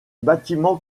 bâtiments